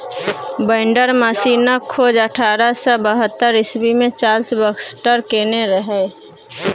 binder मशीनक खोज अठारह सय बहत्तर इस्बी मे चार्ल्स बाक्सटर केने रहय